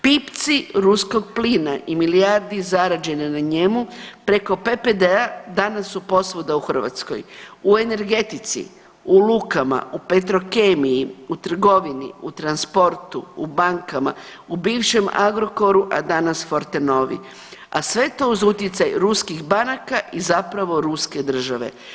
Pipci ruskog plina i milijardi zarađene na njemu preko PPD-a danas su posvuda u Hrvatskoj u energetici, u lukama, u Petrokemiji, u trgovini, u transportu, u bankama, u bivšem Agrokoru, a danas Fortenovi, a sve to uz utjecaj ruskih banaka i zapravo Ruske države.